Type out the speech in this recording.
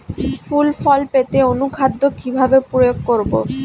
ফুল ফল পেতে অনুখাদ্য কিভাবে প্রয়োগ করব?